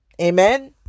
Amen